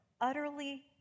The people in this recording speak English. utterly